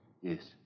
Yes